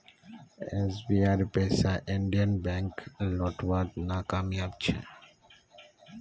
एसबीआईर पैसा Indian Bank लौटव्वात नाकामयाब छ